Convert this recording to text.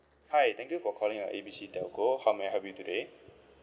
hi thank you for calling uh A B C telco how may I help you today